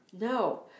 No